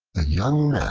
a young